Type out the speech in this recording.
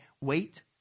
Wait